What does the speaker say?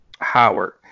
Howard